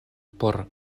por